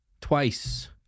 twice